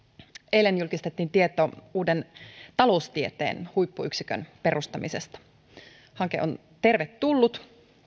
eilen julkistettiin tieto uuden taloustieteen huippuyksikön perustamisesta hanke on tervetullut